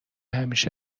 همیشه